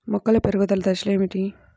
మొక్కల పెరుగుదల దశలు ఏమిటి?